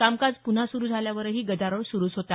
कामकाज प्रन्हा सुरू झाल्यावरही गदारोळ सुरूच होता